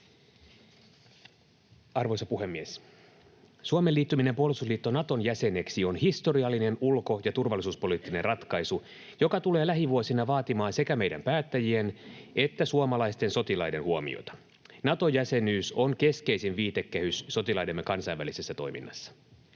Arvoisa puhemies! Suomen liittyminen puolustusliitto Naton jäseneksi on historiallinen ulko- ja turvallisuuspoliittinen ratkaisu, joka tulee lähivuosina vaatimaan sekä meidän päättäjien että suomalaisten sotilaiden huomiota. Nato-jäsenyys on keskeisin viitekehys sotilaidemme kansainvälisessä toiminnassa.